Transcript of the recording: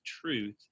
truth